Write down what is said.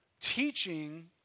teaching